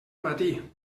matí